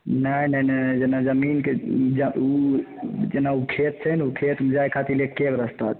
नहि नहि जेना जमीनके ओ जेना ओ खेत छै ने ओ खेतमे जाइ खातिर एक्के गो रास्ता छै